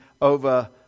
over